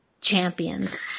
champions